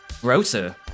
grosser